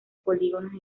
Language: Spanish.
polígonos